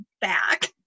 back